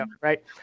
right